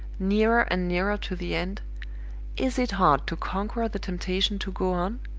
nearer and nearer to the end is it hard to conquer the temptation to go on?